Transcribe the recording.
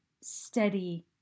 steady